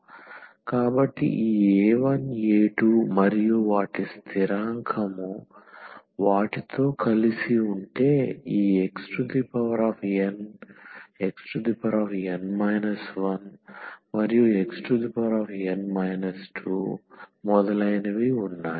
కాబట్టి ఈ a1 a2 మరియు వాటి స్థిరాంకం వాటితో కలిసి ఉంటే ఈ xn xn 1 మరియు xn 2 మొదలైనవి ఉన్నాయి